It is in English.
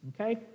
Okay